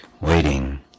waiting